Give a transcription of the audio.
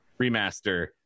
remaster